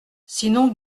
sinon